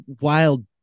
wild